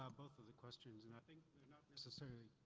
ah both of the questions, and i think they're not necessarily.